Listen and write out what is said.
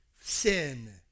sin